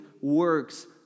works